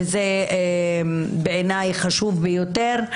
וזה בעיניי חשוב ביותר,